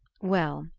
well.